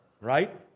right